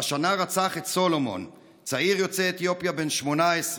והשנה רצח את סלומון, צעיר יוצא אתיופיה בן 18,